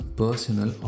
personal